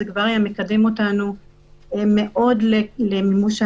זה כבר היה מקדם אותנו מאוד למימושה.